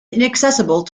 inaccessible